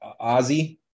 Ozzy